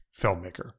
filmmaker